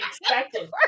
expected